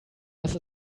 was